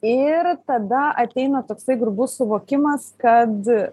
ir tada ateina toksai grubus suvokimas kad